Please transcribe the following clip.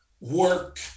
work